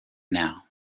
now